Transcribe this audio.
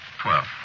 Twelve